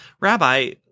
Rabbi